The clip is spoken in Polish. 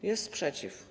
O, jest sprzeciw.